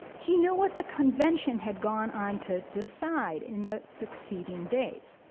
he knew what the convention had gone on to decide in the succeeding days.